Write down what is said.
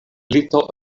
lito